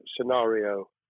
scenario